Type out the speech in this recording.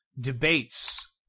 debates